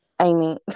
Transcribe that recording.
Amy